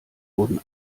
wurden